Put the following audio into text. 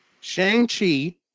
Shang-Chi